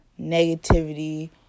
negativity